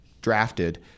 drafted